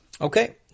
Okay